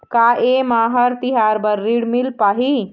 का ये म हर तिहार बर ऋण मिल पाही?